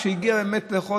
כשהגיע באמת האוכל,